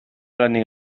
lanik